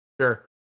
Sure